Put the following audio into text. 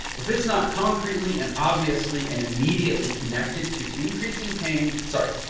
if it's not concretely and obviously and immediately connected to increasing pain, sorry,